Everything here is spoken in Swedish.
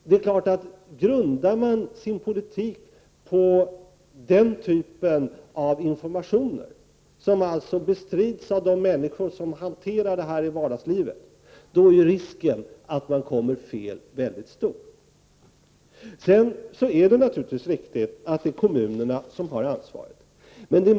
Det är klart, att grundar man sin politik på sådan information som bestrids av de människor som hanterar frågorna i vardagslivet, är risken att komma fel mycket stor. Sedan är det naturligtvis mycket riktigt att det är kommunerna som har ansvaret.